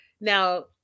Now